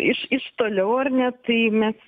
iš iš toliau ar ne tai mes